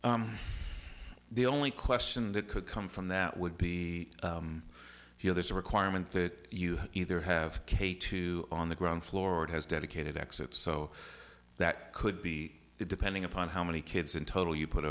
the only question that could come from that would be you know there's a requirement that you either have k two on the ground floor it has dedicated exits so that could be depending upon how many kids in total you put